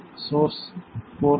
source 4 1